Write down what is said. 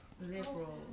liberal